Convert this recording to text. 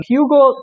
Hugo